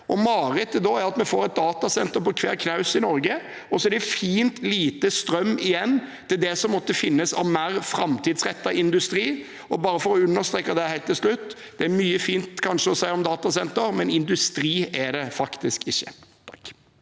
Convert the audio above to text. da er vi får et datasenter på hver knaus i Norge, og så er det fint lite strøm igjen til det som måtte finnes av mer framtidsrettet industri. Bare for å understreke det helt til slutt: Det er kanskje mye fint å si om datasenter, men industri er det faktisk ikke.